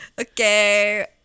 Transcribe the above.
okay